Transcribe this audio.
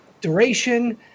duration